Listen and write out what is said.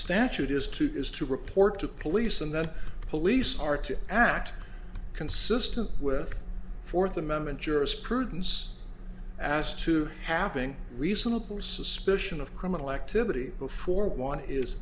statute is to is to report to police and the police are to act consistent with fourth amendment jurisprudence as to having reasonable suspicion of criminal activity before one is